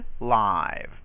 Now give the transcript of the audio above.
live